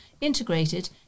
integrated